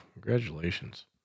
Congratulations